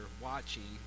watching